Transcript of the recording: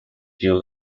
view